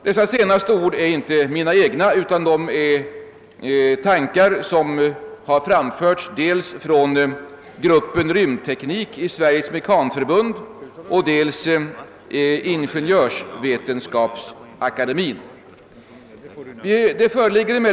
Dessa ord är inte mina egna utan tankar som framförts dels av gruppen Rymdteknik i Sveriges mekanförbund, dels av Ingeniörsvetenskapsakademien.